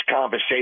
conversation